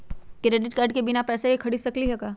Credit card से बिना पैसे के ही खरीद सकली ह?